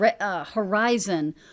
horizon